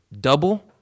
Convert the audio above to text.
double